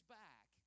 back